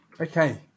Okay